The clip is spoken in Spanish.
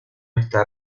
esta